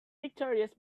victorious